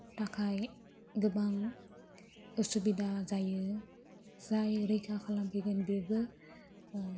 थाखाय गोबां उसुबिदा जायो जाय रैखा खालाम फैगोन बेबो